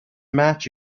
match